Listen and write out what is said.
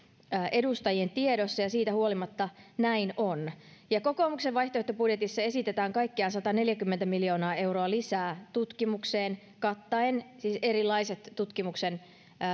edustajien tiedossa ja siitä huolimatta näin on kokoomuksen vaihtoehtobudjetissa esitetään kaikkiaan sataneljäkymmentä miljoonaa euroa lisää tutkimukseen kattaen erilaiset tutkimuksen